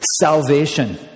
salvation